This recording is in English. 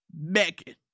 Megan